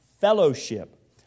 fellowship